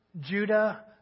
Judah